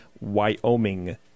Wyoming